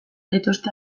zaituzte